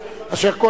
אשר,